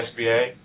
SBA